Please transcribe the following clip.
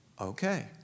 Okay